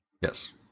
Yes